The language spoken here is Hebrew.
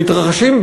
שמתרחשים,